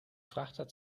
frachter